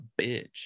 bitch